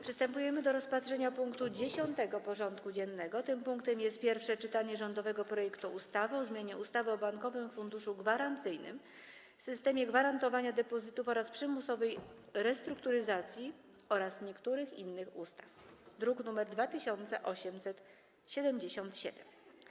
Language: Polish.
Przystępujemy do rozpatrzenia punktu 10. porządku dziennego: Pierwsze czytanie rządowego projektu ustawy o zmianie ustawy o Bankowym Funduszu Gwarancyjnym, systemie gwarantowania depozytów oraz przymusowej restrukturyzacji oraz niektórych innych ustaw (druk nr 2877)